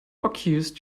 occurred